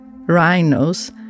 Rhinos